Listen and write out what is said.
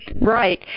Right